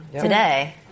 today